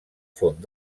font